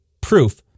proof